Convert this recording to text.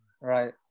Right